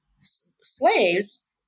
slaves